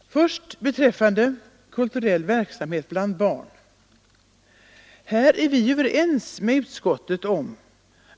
Vad först beträffar kulturell verksamhet bland barn är vi överens med utskottet om